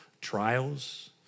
trials